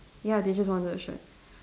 ya they just wanted the shirt